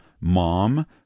mom